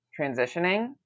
transitioning